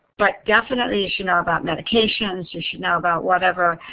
but definitely you should know about medications, you should know about whatever